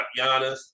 Giannis